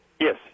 Yes